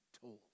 told